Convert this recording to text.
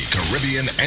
Caribbean